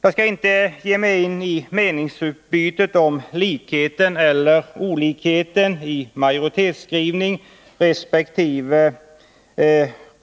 Jag skall inte ge mig in på meningsutbytet när det gäller likheten eller olikheten i majoritetens skrivning resp.